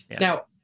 Now